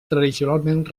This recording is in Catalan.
tradicionalment